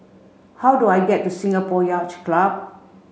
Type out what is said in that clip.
how do I get to Singapore Yacht Club